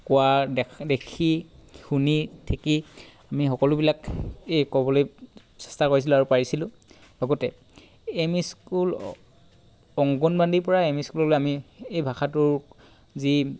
কোৱা দেখ্ দেখি শুনি ঠেকি আমি সকলোবিলাক এই ক'বলৈ চেষ্টা কৰিছিলোঁ আৰু পাৰিছিলোঁ লগতে এম ই স্কুল অংগনবাদীৰ পৰা এম ই স্কুললৈ আমি এই ভাষাটোৰ যি